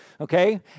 okay